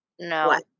No